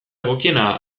egokiena